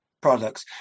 products